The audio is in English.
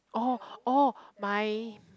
oh oh my